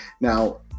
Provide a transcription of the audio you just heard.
now